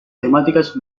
temáticas